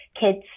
kids